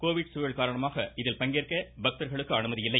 Covid சூழல் காரணமாக இதில் பங்கேற்க பக்தர்களுக்கு அனுமதி இல்லை